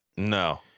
No